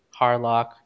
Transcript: Harlock